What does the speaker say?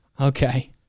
okay